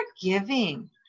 forgiving